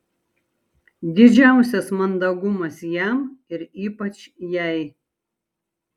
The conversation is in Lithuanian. didžiausias mandagumas jam ir ypač jai